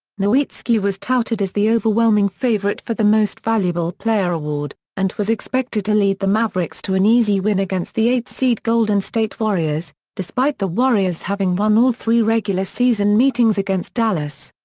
nowitzki was touted as the overwhelming favorite for the most valuable player award, and was expected to lead the mavericks to an easy win against the eighth-seed golden state warriors, despite the warriors having won all three regular-season meetings against dallas.